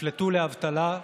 נפלטו לאבטלה.